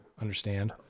understand